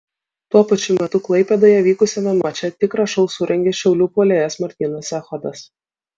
tuo pačiu metu klaipėdoje vykusiame mače tikrą šou surengė šiaulių puolėjas martynas echodas